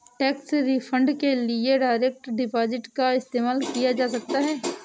tax refund के लिए direct deposit का इस्तेमाल किया जा सकता हैं